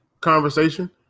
conversation